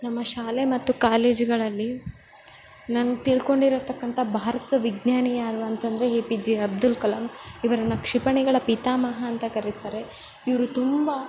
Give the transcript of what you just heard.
ನಮ್ಮ ಶಾಲೆ ಮತ್ತು ಕಾಲೇಜುಗಳಲ್ಲಿ ನಾನು ತಿಳ್ಕೊಂಡಿರ್ತಕ್ಕಂಥ ಭಾರತ ವಿಜ್ಞಾನಿ ಯಾರು ಅಂತಂದರೆ A P J Abdul Kalam ಇವರನ್ನು ಕ್ಷಿಪಣಿಗಳ ಪಿತಾಮಹ ಅಂತ ಕರಿತಾರೆ ಇವರು ತುಂಬ